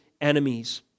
enemies